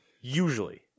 Usually